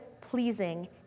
pleasing